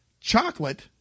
chocolate